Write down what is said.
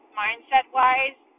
mindset-wise